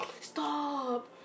stop